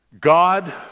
god